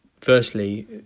firstly